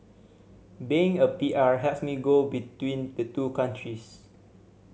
being a P R helps me go between the two countries